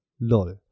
Lol